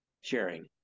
sharing